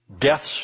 death's